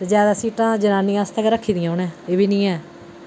ते जैदा सीटां जनानियें आस्तै गै रक्खे दियां उ'नें एह् बी निं ऐ